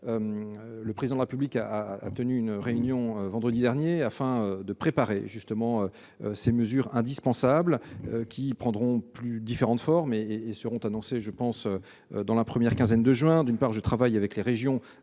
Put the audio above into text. le Président de la République a tenu une réunion vendredi dernier afin de préparer les mesures indispensables, qui prendront différentes formes et devraient être annoncées dans la première quinzaine de juin. Je travaille avec les régions